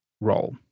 role